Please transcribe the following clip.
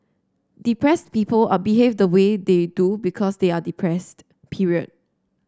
depress people are behave the way they do because they are depressed period